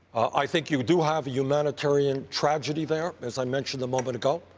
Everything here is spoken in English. i think you do have a humanitarian tragedy there, as i mentioned a moment ago.